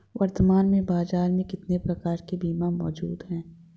वर्तमान में बाज़ार में कितने प्रकार के बीमा मौजूद हैं?